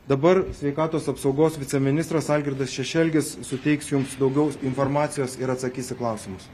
dabar sveikatos apsaugos viceministras algirdas šešelgis suteiks jums daugiau informacijos ir atsakys į klausimus